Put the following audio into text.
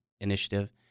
initiative